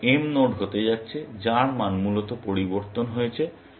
মূলত M node হতে যাচ্ছে যার মান মূলত পরিবর্তন হয়েছে